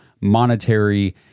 monetary